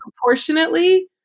proportionately